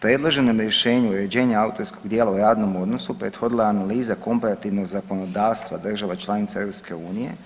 Predloženom rješenju uređenja autorskog djela u radnom odnosu prethodila je analiza komparativnog zakonodavstva država članica EU.